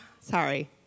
sorry